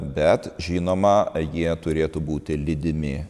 bet žinoma jie turėtų būti lydimi